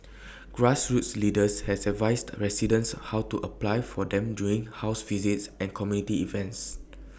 grassroots leaders has advised residents how to apply for them during house visits and community events